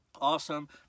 awesome